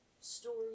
story